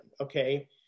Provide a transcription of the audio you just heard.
Okay